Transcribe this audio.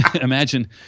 imagine